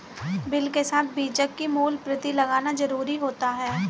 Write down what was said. bill के साथ बीजक की मूल प्रति लगाना जरुरी होता है